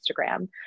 Instagram